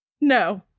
No